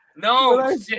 No